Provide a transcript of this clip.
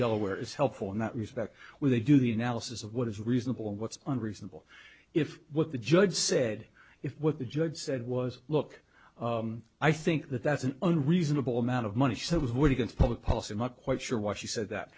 delaware is helpful in that respect when they do the analysis of what is reasonable and what's unreasonable if what the judge said if what the judge said was look i think that that's an unreasonable amount of money so we're going to public policy i'm not quite sure why she said that